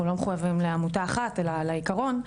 לא מחויבים לעמותה אחת אלא לעיקרון,